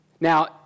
Now